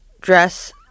dress